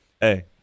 Hey